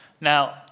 Now